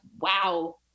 wow